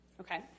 Okay